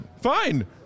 Fine